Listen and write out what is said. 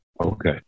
Okay